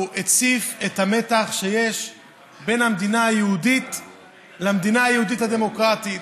הוא הציף את המתח שיש בין המדינה היהודית למדינה היהודית-הדמוקרטית.